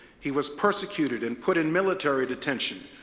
he was persecuted and put in military detention,